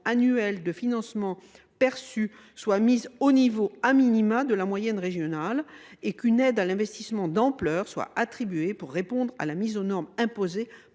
annuelle de financement perçue soit, à tout le moins, mise au niveau de la moyenne régionale et qu’une aide à l’investissement d’ampleur soit attribuée pour répondre à la mise aux normes imposées